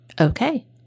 Okay